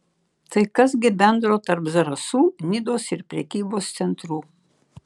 tai kas gi bendro tarp zarasų nidos ir prekybos centrų